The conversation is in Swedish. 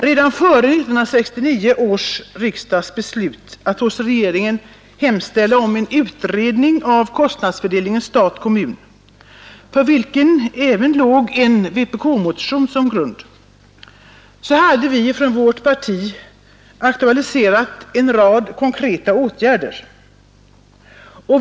Redan före 1969 års riksdagsbeslut att hos regeringen hemställa om en utredning av kostnadsfördelningen stat-kommun, för vilken även låg till grund en vpk-motion, hade vi ifrån vårt parti aktualiserat en rad konkreta åtgärder.